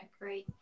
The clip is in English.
great